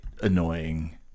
annoying